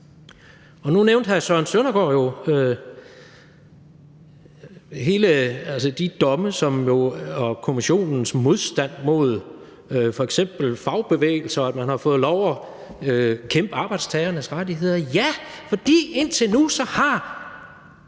Nu nævnte hr. Søren Søndergaard jo de domme og Kommissionens modstand mod f.eks. fagbevægelser, og at man har fået lov at bekæmpe arbejdstagernes rettigheder – ja, for indtil nu har